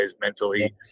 mentally